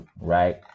right